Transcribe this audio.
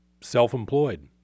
self-employed